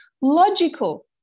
logical